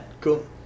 cool